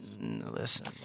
Listen